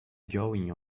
going